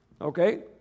Okay